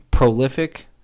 Prolific